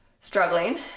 struggling